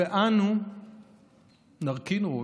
ואנו נרכין ראש.